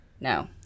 no